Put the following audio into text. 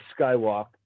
skywalk